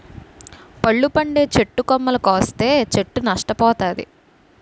పళ్ళు పండే చెట్టు కొమ్మలు కోస్తే చెట్టు నష్ట పోతాది